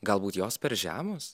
galbūt jos per žemos